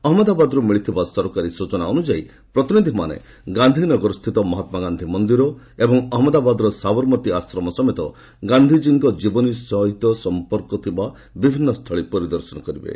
ଅହଞ୍ଚନ୍ତାବାଦରୁ ମିଳିଥିବା ସରକାରୀ ସୂଚନା ଅନୁଯାୟୀ ପ୍ରତିନିଧିମାନେ ଗାନ୍ଧୀନଗରସ୍ଥିତ ମହାତ୍ମା ମନ୍ଦିର ଏବଂ ଅହନ୍ମଦାବାଦର ସାବରମତୀ ଆଶ୍ରମ ସମେତ ଗାନ୍ଧିକୀଙ୍କ ଜୀବନୀ ସହିତ ସଂପର୍କ ଥିବା ବିଭିନ୍ନ ସ୍ଥଳୀ ପରିଦର୍ଶନ କରିବେ